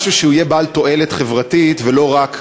משהו שיהיה בעל תועלת חברתית ולא רק,